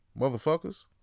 Motherfuckers